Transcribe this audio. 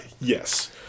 Yes